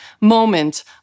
moment